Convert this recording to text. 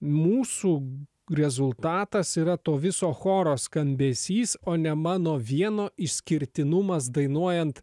mūsų rezultatas yra to viso choro skambesys o ne mano vieno išskirtinumas dainuojant